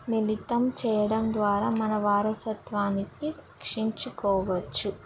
మిళితం చేయడం ద్వారా మన వారసత్వానికి రక్షించుకోవచ్చు